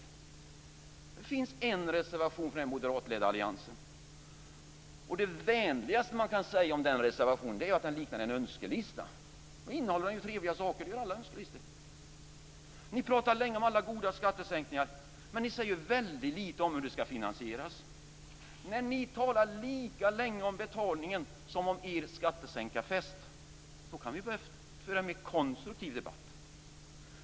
Det finns en reservation från den moderatledda alliansen. Det vänligaste man kan säga om den reservationen är att den liknar en önskelista. Den innehåller trevliga saker. Det gör alla önskelistor. Ni pratar länge om alla goda skattesänkningar, men ni säger väldigt lite om hur de skall finansieras. När ni talar lika länge om betalningen som om er skattesänkarfest, då kan vi börja föra en mer konstruktiv debatt.